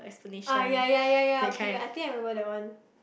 ah ya ya ya ya okay I think I remember that one